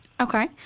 Okay